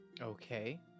Okay